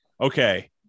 okay